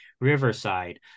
Riverside